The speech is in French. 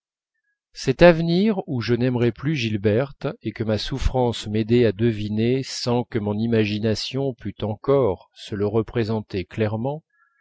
cet avenir où je n'aimerais plus gilberte et que ma souffrance m'aidait à deviner sans que mon imagination pût encore se le représenter clairement